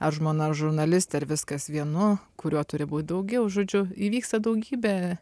ar žmona ar žurnalistė ar viskas vienu kuriuo turi būt daugiau žodžiu įvyksta daugybė